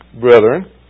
brethren